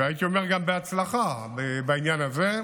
והייתי אומר גם בהצלחה בעניין הזה.